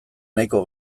nahiko